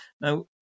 Now